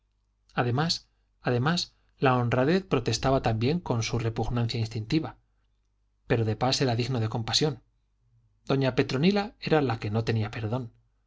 morado además la honradez protestaba también con su repugnancia instintiva pero de pas era digno de compasión doña petronila era la que no tenía perdón